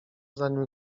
zanim